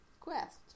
quest